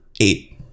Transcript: Eight